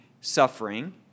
suffering